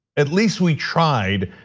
at least, we tried.